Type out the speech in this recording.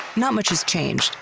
not much has changed,